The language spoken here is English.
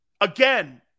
Again